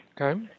Okay